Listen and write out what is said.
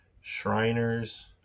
Shriners